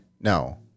No